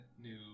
new